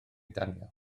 danio